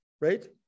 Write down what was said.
right